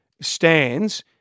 stands